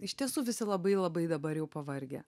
iš tiesų visi labai labai dabar jau pavargę